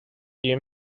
you